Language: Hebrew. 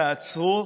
תעצרו,